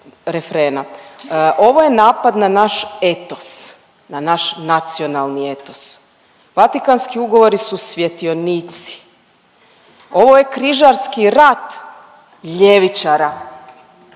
refrena. „Ovo je napad na naš etos, na naš nacionalni eto. Vatikanski ugovori su svjetionici. Ovo je križarski rat ljevičara“